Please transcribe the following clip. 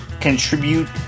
contribute